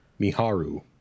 Miharu